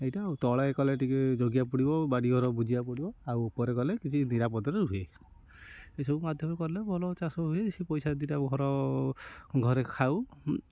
ଏଇଟା ଆଉ ତଳେ କଲେ ଟିକେ ଜଗିବାକୁ ପଡ଼ିବ ବାଡ଼ି ଘର ବୁଜିବାକୁ ପଡ଼ିବ ଆଉ ଉପରେ କଲେ କିଛି ନିରାପଦରେ ରହେ ଏଇ ସବୁ ମାଧ୍ୟମରେ କଲେ ଭଲ ଚାଷ ହୁଏ କିଛି ପଇସା ଦିଇଟା ଘର ଘରେ ଖାଉ